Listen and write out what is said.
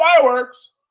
fireworks